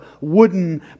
wooden